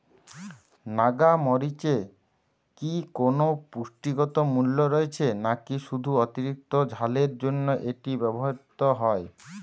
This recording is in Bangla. নাগা মরিচে কি কোনো পুষ্টিগত মূল্য রয়েছে নাকি শুধু অতিরিক্ত ঝালের জন্য এটি ব্যবহৃত হয়?